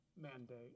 mandate